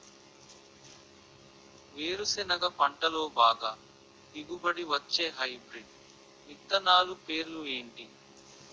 వేరుసెనగ పంటలో బాగా దిగుబడి వచ్చే హైబ్రిడ్ విత్తనాలు పేర్లు ఏంటి?